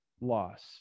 loss